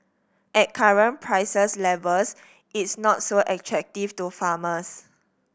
at current prices levels it's not so attractive to farmers